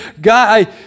God